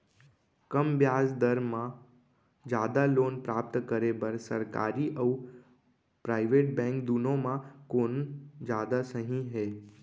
कम ब्याज दर मा जादा लोन प्राप्त करे बर, सरकारी अऊ प्राइवेट बैंक दुनो मा कोन जादा सही हे?